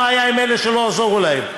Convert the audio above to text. מה היה עם אלה שלא עזרו להם.